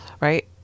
right